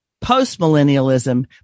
post-millennialism